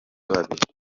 babiri